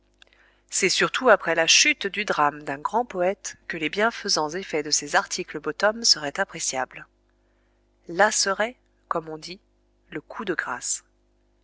c'est surtout après la chute du drame d'un grand poète que les bienfaisants effets de ces articles bottom seraient appréciables là serait comme on dit le coup de grâce